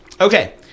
Okay